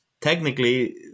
Technically